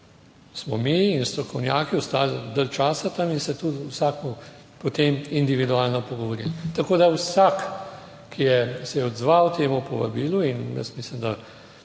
smo mi in strokovnjaki ostali dalj časa tam in se tudi vsakemu potem individualno pogovorili. Tako da vsak, ki se je odzval temu povabilu, in jaz mislim, da